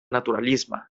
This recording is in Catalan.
naturalisme